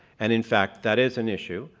and in fact, that is an issue.